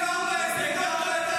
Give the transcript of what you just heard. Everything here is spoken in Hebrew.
הסכם הכניעה של לפיד,